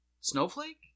snowflake